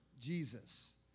Jesus